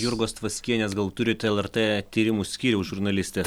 jurgos tvaskienės gal turit lrt tyrimų skyriaus žurnalistės